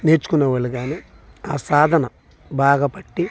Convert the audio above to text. నేర్చుకొనేవాళ్ళు కానీ ఆ సాధన బాగా పట్టి